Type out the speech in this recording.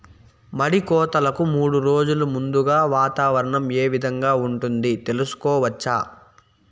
మడి కోతలకు మూడు రోజులు ముందుగా వాతావరణం ఏ విధంగా ఉంటుంది, తెలుసుకోవచ్చా?